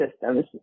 systems